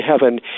heaven